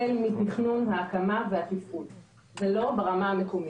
החל מהתכנון, ההקמה והתפעול ולא ברמה המקומית.